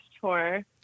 Tour